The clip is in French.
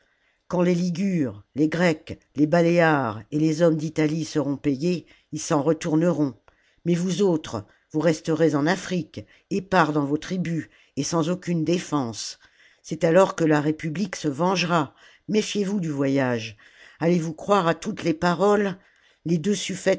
quand les ligures les grecs les baléares et les hommes d'italie seront payés ils s'en retourneront mais vous autres vous resterez en afrique épars dans vos tribus et sans aucune défense c'est alors que la république se vengera méfiez-vous du voyage allez vous croire à toutes les paroles les deux